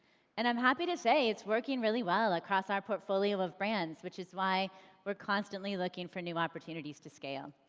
and i'm happy to say it's working really well across our portfolio of brands which is why we're constantly looking for new opportunities to scale.